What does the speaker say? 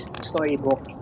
storybook